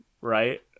right